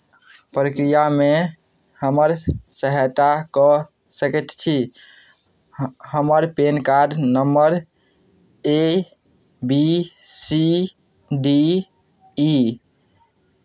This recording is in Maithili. प्रक्रियामे हमर सहायता कऽ सकैत छी ह् हमर PAN card number A B C D E